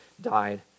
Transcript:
died